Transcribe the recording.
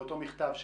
באותו מכתב שלו?